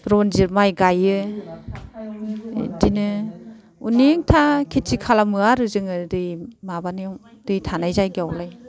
रनजित माइ गायो बिदिनो अनेकथा खेथि खालामो आरो जोङो दै माबानायाव दै थानाय जायगायावलाय